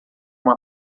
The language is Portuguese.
uma